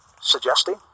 suggesting